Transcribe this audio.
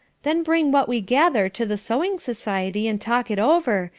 then bring what we gather to the sewing-society and talk it over,